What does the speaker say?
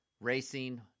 racing